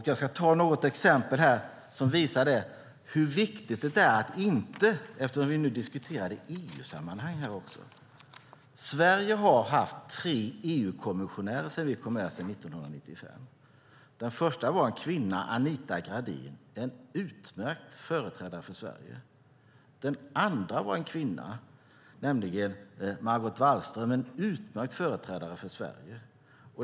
Jag ska ta något exempel här som visar hur viktigt det är att inte kvotera, eftersom vi nu diskuterar detta också i EU-sammanhang. Sverige har haft tre EU-kommissionärer sedan vi kom med 1995. Den första var en kvinna - Anita Gradin. Hon var en utmärkt företrädare för Sverige. Den andra var en kvinna, nämligen Margot Wallström - en utmärkt företrädare för Sverige.